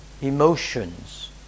emotions